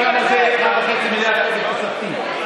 הוא יגיד לך כמה זה 1.5 מיליארד שקל תוספתי.